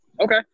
Okay